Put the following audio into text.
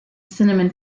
cinnamon